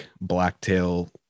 blacktail